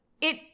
it-